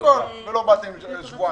הכול, ולא באתם במשך שבועיים.